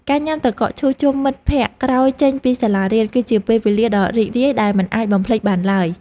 ការញ៉ាំទឹកកកឈូសជុំមិត្តភក្តិក្រោយចេញពីសាលារៀនគឺជាពេលវេលាដ៏រីករាយដែលមិនអាចបំភ្លេចបានឡើយ។